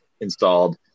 installed